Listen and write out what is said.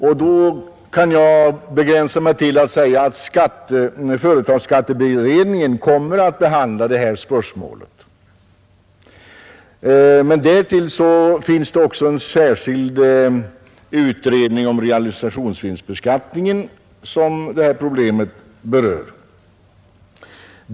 Jag kan alltså begränsa mig till att säga att företagsskatteberedningen kommer att behandla det här spörsmålet. Men därtill finns det en särskild utredning om realisationsvinstbeskattningen, som berör det här problemet.